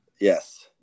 Yes